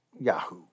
Yahoo